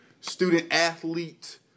student-athlete